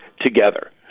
together